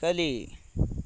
ಕಲಿ